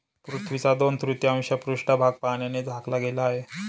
पृथ्वीचा दोन तृतीयांश पृष्ठभाग पाण्याने झाकला गेला आहे